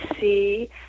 see